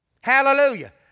Hallelujah